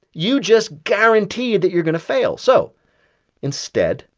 you just guaranteed that you're going to fail. so instead,